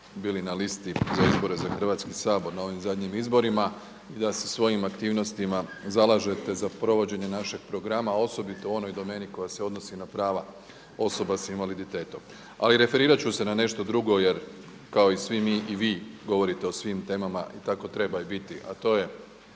bili na listi za izbore za Hrvatski sabor na ovim zadnjim izborima i da se svojim aktivnostima zalažete za provođenje našeg programa, osobito u onoj domeni koja se odnosi na prava osoba s invaliditetom. Ali referirat ću se na nešto drugo jer kao i svi mi i vi govorite o svim temama i tako treba i biti, a to je